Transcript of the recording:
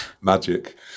Magic